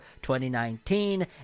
2019